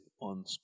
on